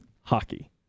hockey